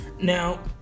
Now